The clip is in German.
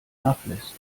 nachlässt